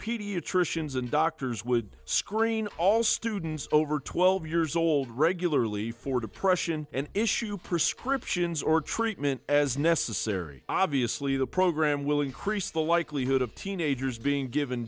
pediatricians and doctors would screen all students over twelve years old regularly for depression and issue prescriptions or treatment as necessary obviously the program will increase the likelihood of teenagers being given